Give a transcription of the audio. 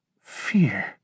fear